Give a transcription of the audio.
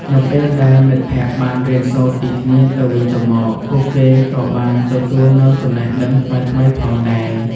នៅពេលដែលមិត្តភក្តិបានរៀនសូត្រពីគ្នាទៅវិញទៅមក ពួកគេក៏បានទទួលនូវចំណេះដឹងថ្មីៗផងដែរ។